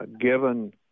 given